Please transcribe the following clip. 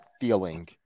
feeling